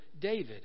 David